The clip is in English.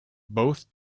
both